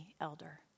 elder